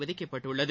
விதிக்கப்பட்டுள்ளது